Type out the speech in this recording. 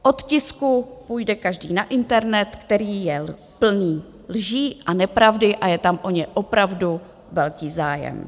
Od tisku půjde každý na internet, který je plný lží a nepravdy a je tam o ně opravdu velký zájem.